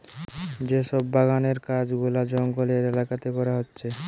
যে সব বাগানের কাজ গুলা জঙ্গলের এলাকাতে করা হচ্ছে